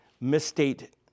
misstate